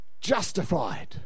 justified